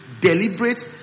deliberate